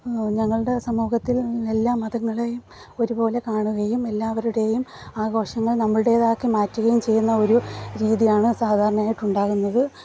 ഞങ്ങളുടെ സമൂഹത്തിൽ എല്ലാം മതങ്ങളെയും ഒരു പോലെ കാണുകയും എല്ലാവരുടെയും ആഘോഷങ്ങൾ നമ്മളുടേതാക്കി മാറ്റുകയും ചെയ്യുന്ന ഒരു രീതിയാണ് സാധാരണമായിട്ട് ഉണ്ടാകുന്നത്